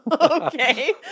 okay